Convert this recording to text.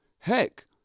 Heck